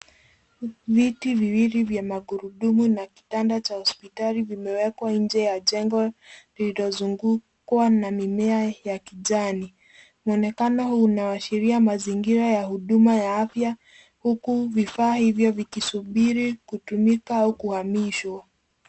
Viti viwili vya magurudumu na kitanda cha hospitali vimewekwa nje ya jengo lililozungukwa na mimea ya kijani. Mwonekano unaashiria mazingira ya huduma ya afya huku vifaa hivyo vikisubiri kutumika au kuhamishwa.